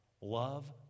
Love